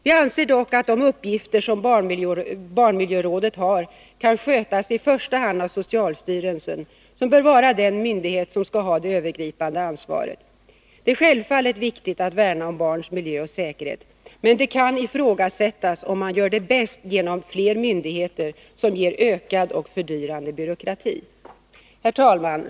Vi anser dock att de uppgifter som barnmiljörådet har kan skötas i första hand av socialstyrelsen, som bör vara den myndighet som skall ha det övergripande ansvaret. Det är självfallet viktigt att värna om barnens miljö och säkerhet. Men det kan ifrågasättas om man gör det bäst genom fler myndigheter, som ger ökad och fördyrande byråkrati. Herr talman!